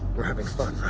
we're having fun,